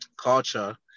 culture